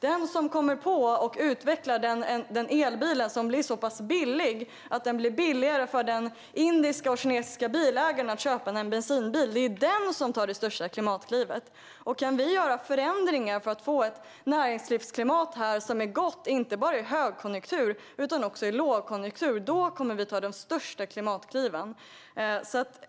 Den som kommer på och utvecklar den elbil som blir så pass billig att den blir billigare för den indiska och kinesiska bilägaren att köpa än en bensinbil är den som tar det största klimatklivet. Kan vi göra förändringar för att få ett näringslivsklimat som är gott inte bara i högkonjunktur utan också i lågkonjunktur kommer vi att ta de största klimatkliven.